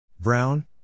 Brown